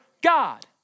God